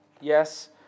yes